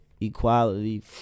equality